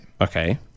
Okay